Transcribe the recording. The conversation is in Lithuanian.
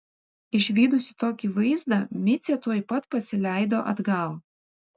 išvydusi tokį vaizdą micė tuoj pat pasileido atgal